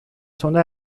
sona